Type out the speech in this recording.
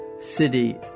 city